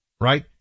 right